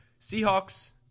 Seahawks